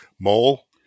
mole